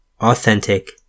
authentic